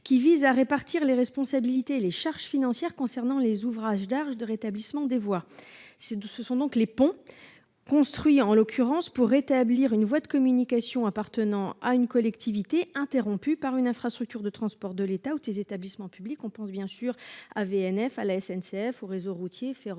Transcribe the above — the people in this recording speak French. qui vise à répartir les responsabilités et les charges financières concernant les ouvrages d'art je de rétablissement des voix c'est tout. Ce sont donc les ponts construits en l'occurrence pour établir une voie de communication appartenant à une collectivité interrompue par une infrastructure de transport de l'État ou les établissements publics. On pense bien sûr à VNF. À la SNCF ou réseau routier ferroviaire